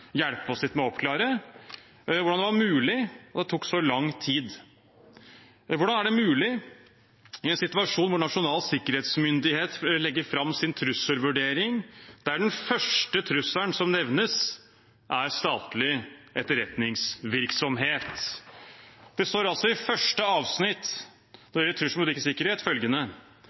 med å oppklare hvordan det var mulig, og at det tok så lang tid. Hvordan er dette mulig i en situasjon hvor Nasjonal sikkerhetsmyndighet legger fram sin trusselvurdering, og der den første trusselen som nevnes, er statlig etterretningsvirksomhet? Når det gjelder trussel mot rikets sikkerhet, står det altså følgende i første avsnitt: